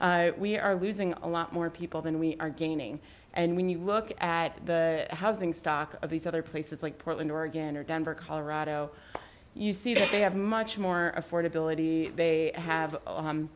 we are losing a lot more people than we are gaining and when you look at the housing stock of these other places like portland oregon or denver colorado you see that they have much more affordability they have